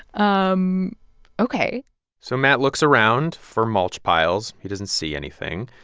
um ok so matt looks around for mulch piles. he doesn't see anything.